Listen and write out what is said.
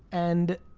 and,